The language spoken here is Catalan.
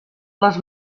les